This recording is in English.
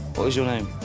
was your name?